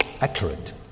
accurate